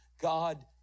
God